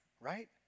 Right